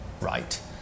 right